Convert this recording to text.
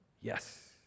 Yes